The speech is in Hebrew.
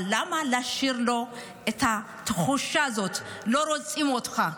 אבל למה להשאיר את התחושה הזאת שלא רוצים אותך,